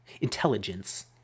intelligence